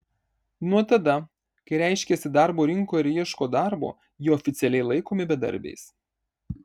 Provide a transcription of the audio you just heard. nuo tada kai reiškiasi darbo rinkoje ir ieško darbo jie oficialiai laikomi bedarbiais